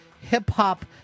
hip-hop